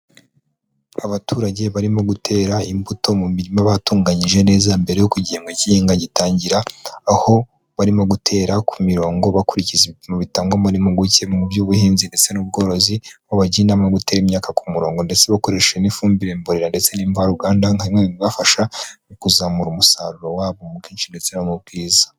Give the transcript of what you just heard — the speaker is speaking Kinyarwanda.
Abaturage barimo gutera imbuto mu mirima batunganyije neza mbere yuko igihembwe cy'ihinga gitangira, aho barimo gutera ku mirongo bakurikiza ibipimo bitangwamo n'impuguke mu by'ubuhinzi ndetse n'ubworozi, aho babagira inama yo gutera imyaka ku murongo ndetse bakoresha n'ifumbire mborera ndetse n'imvaruganda, nka bimwe mu bibafasha mu kuzamura umusaruro wabo mu bwinshi ndetse no mu bwiza.